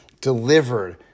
delivered